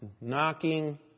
knocking